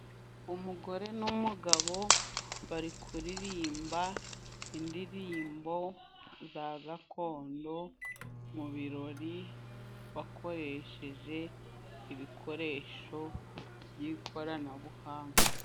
Umugore n'umugabo bari kuririmba indirimbo za gakondo mu birori, bakoresheje ibikoresho by'ikoranabuhanga.